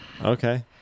Okay